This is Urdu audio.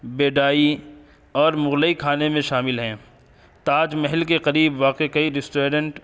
بیڈائی اور مغلئی کھانے میں شامل ہیں تاج محل کے قریب واقع کئی ریستورینٹ